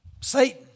Satan